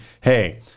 hey